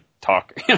talk